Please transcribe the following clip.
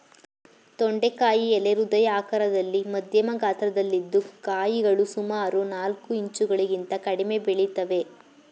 ತೊಂಡೆಕಾಯಿ ಎಲೆ ಹೃದಯ ಆಕಾರದಲ್ಲಿ ಮಧ್ಯಮ ಗಾತ್ರದಲ್ಲಿದ್ದು ಕಾಯಿಗಳು ಸುಮಾರು ನಾಲ್ಕು ಇಂಚುಗಳಿಗಿಂತ ಕಡಿಮೆ ಬೆಳಿತವೆ